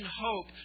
hope